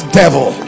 devil